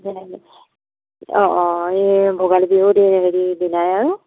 অ' অ' এই ভোগালী বিহুৰ হেৰি দিনাই আৰু